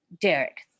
Derek